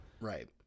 Right